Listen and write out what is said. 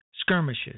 Skirmishes